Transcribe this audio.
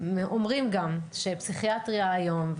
ואומרים גם שפסיכיאטריה היום,